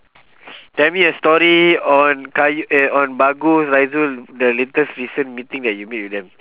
tell me a story on qayyu~ eh on bagus faizul the latest recent meeting that you meet with them